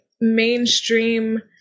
mainstream